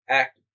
act